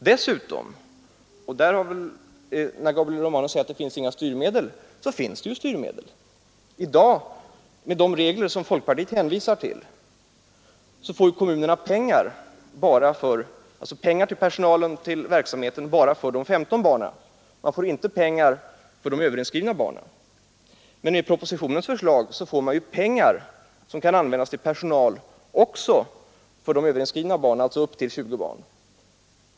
Gabriel Romanus säger att det inte finns några styrmedel. Men det finns sådana. Enligt dagens regler, som folkpartiet hänvisar till, får kommunerna pengar till personalen och till verksamheten bara för de 15 barnen och ingenting för de överinskrivna barnen. Enligt propositionsförslaget får man pengar som kan användas till personal också för de överinskrivna, alltså upp till 20 barn.